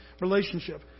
relationship